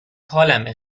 حالمه